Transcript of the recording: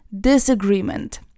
disagreement